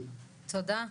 תודה.